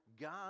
God